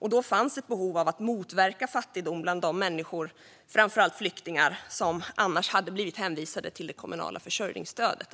Då fanns ett behov av att motverka fattigdom bland de människor, framför allt flyktingar, som annars hade blivit hänvisade till det kommunala försörjningsstödet,